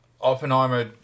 Oppenheimer